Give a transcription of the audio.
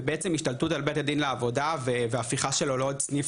ובעצם השתלטות על בית הדין לעבודה והפיכה שלו לעוד סניף